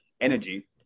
energy